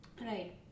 Right